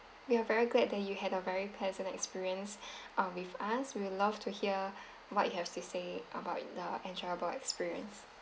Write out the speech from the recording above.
we are very glad that you had a very pleasant experience uh with us we'll love to hear what you have to say about the enjoyable experience